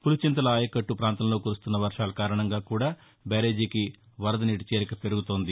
పులిచింతల ఆయకట్టు ప్రాంతంలో కురుస్తున్న వర్షాల కారణంగా కూడా బ్యారేజికి వరద నీటి చేరిక పెరుగుతోంది